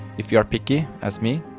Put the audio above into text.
if you are picky as me,